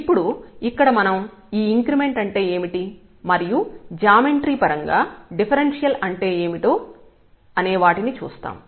ఇప్పుడు ఇక్కడ మనం ఈ ఇంక్రిమెంట్ అంటే ఏమిటి మరియు జామెంట్రీ పరంగా డిఫరెన్షియల్ అంటే ఏమిటి అనే వాటిని చూస్తాము